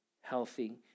healthy